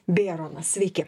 bėronas sveiki